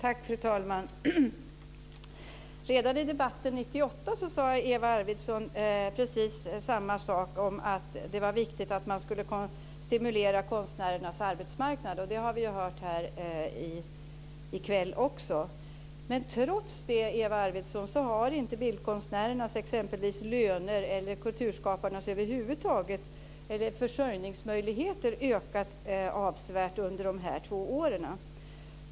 Fru talman! Redan i debatten 1998 sade Eva Arvidsson precis samma sak om att det är viktigt att stimulera konstnärernas arbetsmarknad. Det har vi hört i kväll också. Men trots det, Eva Arvidsson, har inte bildkonstnärernas eller kulturskaparnas löner eller försörjningsmöjligheter ökat avsevärt under dessa två år.